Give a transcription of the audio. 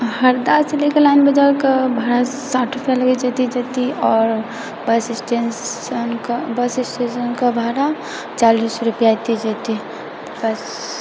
हरदा से ले के लाइन बाजारके भाड़ा साठि रुपैआ लगै छै अइती जइती आओर बस स्टैण्डसँ लए कऽ बस स्टेशनके भाड़ा चालीस रुपैआ अइती जइती बस